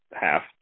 half